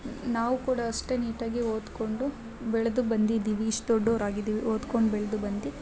ನಾವು ಕೂಡ ಅಷ್ಟೆ ನೀಟಾಗಿ ಓದ್ಕೊಂಡು ಬೆಳೆದು ಬಂದಿದ್ದೀವಿ ಇಷ್ಟು ದೊಡ್ಡವ್ರು ಆಗಿದ್ದೀವಿ ಓದ್ಕೊಂಡು ಬೆಳ್ದು ಬಂದು